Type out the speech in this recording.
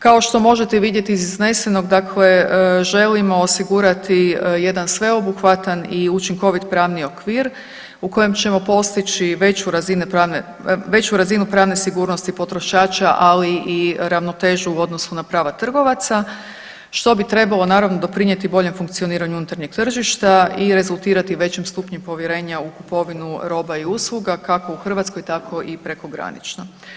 Kao što možete vidjeti iz iznesenog, dakle želimo osigurati jedan sveobuhvatan i učinkovit pravni okvir u kojem ćemo postići veću razinu pravne sigurnosti potrošača ali i ravnotežu u odnosu na prava trgovaca što bi trebalo naravno doprinijeti boljem funkcioniranju unutarnjeg tržišta i rezultirati većem stupnju povjerenja u kupovinu roba i usluga kako u Hrvatskoj tako i prekogranično.